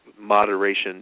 moderation